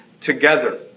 together